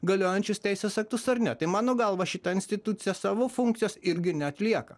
galiojančius teisės aktus ar ne tai mano galva šita institucija savo funkcijos irgi neatlieka